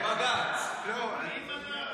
בעוד ארבע שניות,